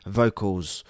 vocals